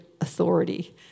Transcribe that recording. authority